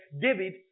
David